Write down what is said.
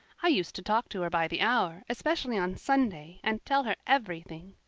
i used to talk to her by the hour, especially on sunday, and tell her everything.